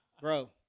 bro